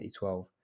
2012